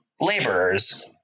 laborers